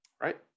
Right